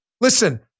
Listen